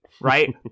right